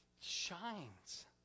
shines